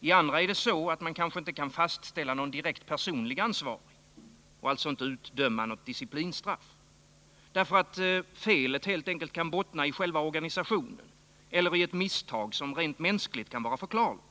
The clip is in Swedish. I andra fall är det så, att man inte kan fastställa någon direkt personlig ansvarig och alltså inte kan utdöma något disciplinstraff. Felet kan helt enkelt bottna i själva organisationen eller i ett misstag som rent mänskligt kan vara förklarligt.